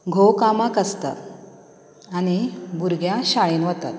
घोव कामाक आसता आनी भुरग्यां शाळेंत वतात